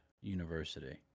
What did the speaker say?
university